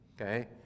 okay